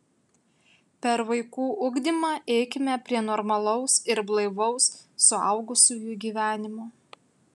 per vaikų ugdymą eikime prie normalaus ir blaivaus suaugusiųjų gyvenimo